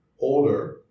older